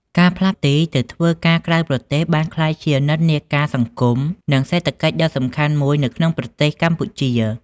ការផ្លាស់ទីទៅធ្វើការនៅក្រៅប្រទេសបានក្លាយជានិន្នាការសង្គម និងសេដ្ឋកិច្ចដ៏សំខាន់មួយនៅក្នុងប្រទេសកម្ពុជា។